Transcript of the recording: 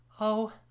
Oh